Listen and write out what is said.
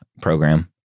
program